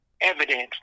evidence